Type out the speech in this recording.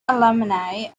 alumni